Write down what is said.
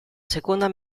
seconda